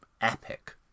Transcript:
epic